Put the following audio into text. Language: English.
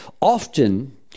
Often